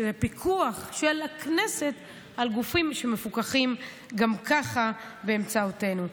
שזה פיקוח של הכנסת על הגופים שמפוקחים גם ככה באמצעותנו.